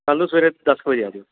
ਕੱਕੱਲ ਨੂੰ ਨੂੰ ਸਵੇਰੇ ਦਸ ਕੁ ਵਜੇ ਆ ਜਾਇਓ